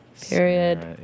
Period